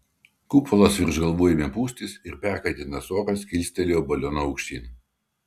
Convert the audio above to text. kupolas virš galvų ėmė pūstis ir perkaitintas oras kilstelėjo balioną aukštyn